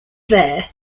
there